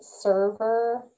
server